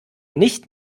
nicht